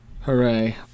Hooray